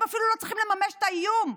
הם אפילו לא צריכים לממש את האיום,